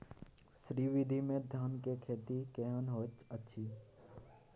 श्री विधी में धान के खेती केहन होयत अछि?